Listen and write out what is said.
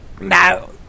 No